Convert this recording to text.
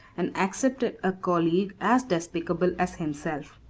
and accepted a colleague as despicable as himself.